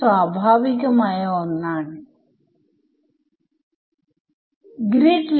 1 അല്ല രണ്ടാമത്തെ ഇക്വേഷന്റെ ഡിനോമിനേറ്റർ എന്താണ്